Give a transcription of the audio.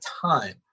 time